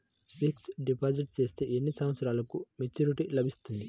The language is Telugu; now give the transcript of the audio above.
ఫిక్స్డ్ డిపాజిట్ చేస్తే ఎన్ని సంవత్సరంకు మెచూరిటీ లభిస్తుంది?